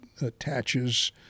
attaches